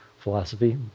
philosophy